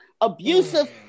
abusive